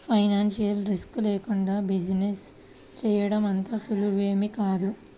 financial risk లేకుండా business చేయడం అంత సులువేమీ కాదు